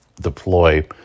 deploy